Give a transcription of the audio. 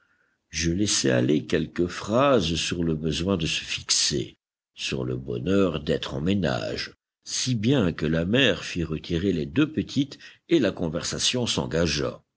je laissai aller quelques phrases sur le besoin de se fixer sur le bonheur d'être en ménage si bien que la mère fit retirer les deux petites et la conversation s'engagea